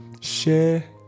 share